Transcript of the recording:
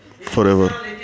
forever